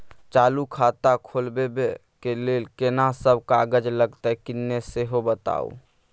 चालू खाता खोलवैबे के लेल केना सब कागज लगतै किन्ने सेहो बताऊ?